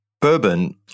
Bourbon